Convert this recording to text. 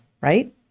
right